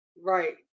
right